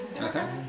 Okay